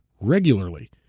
regularly